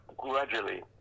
Gradually